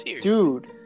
Dude